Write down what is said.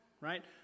right